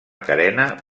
carena